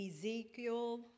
Ezekiel